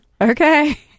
Okay